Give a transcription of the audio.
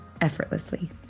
effortlessly